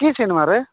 କିଛି ନୁହେଁରେ